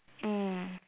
mm